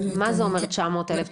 מה זה אומר 900 אלף?